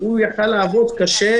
הוא יכול היה לעבוד קשה,